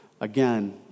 Again